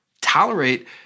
tolerate